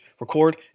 record